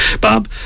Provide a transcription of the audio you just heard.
Bob